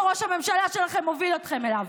שראש הממשלה שלכם הוביל אתכם אליו.